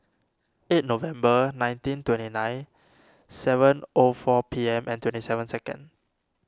eight November nineteen twenty nine seven O four P M and twenty seven second